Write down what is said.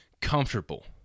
comfortable